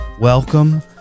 welcome